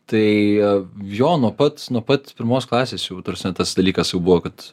tai jo no pats nuo pat pirmos klasės jau ta prasme tas dalykas jau buvo kad